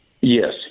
Yes